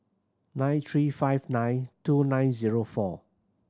nine three five nine two nine zero four